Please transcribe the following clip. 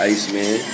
Iceman